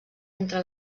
entre